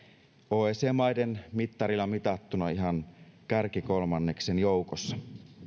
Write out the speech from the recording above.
oecd maiden mittarilla mitattuna ihan kärkikolmanneksen joukossa